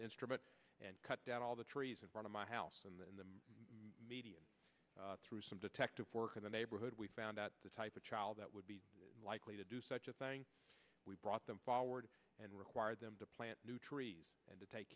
instrument and cut down all the trees in front of my house and then the media through some detective work in the neighborhood we found out the type of child that would be likely to do such a thing we brought them forward and required them to plant new trees and to take